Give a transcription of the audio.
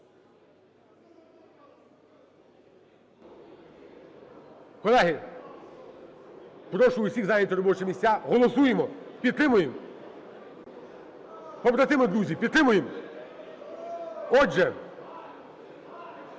Колеги, прошу всіх зайняти робочі місця. Голосуємо. Підтримуємо. Побратими і друзі, підтримаємо. Отже,